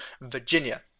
Virginia